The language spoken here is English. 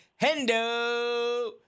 Hendo